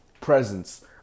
presence